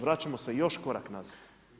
Vraćamo se još korak nazad.